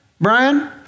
Brian